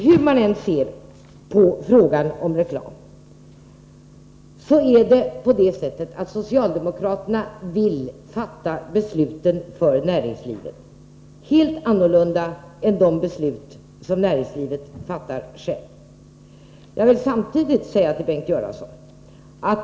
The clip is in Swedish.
Hur man än ser på frågan om reklam, är det på det sättet att socialdemokraterna vill fatta besluten för näringslivet, helt annorlunda än de beslut som näringslivet fattar självt.